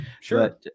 Sure